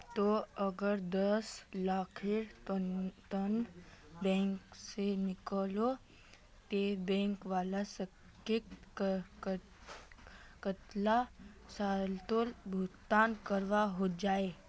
ती अगर दस लाखेर लोन बैंक से लिलो ते बैंक वाला कतेक कतेला सालोत भुगतान करवा को जाहा?